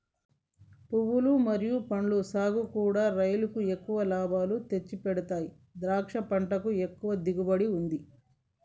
పువ్వులు మరియు పండ్ల సాగుకూడా రైలుకు ఎక్కువ లాభాలు తెచ్చిపెడతాయి ద్రాక్ష పంటకు ఎక్కువ దిగుబడి ఉంటది